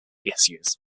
issues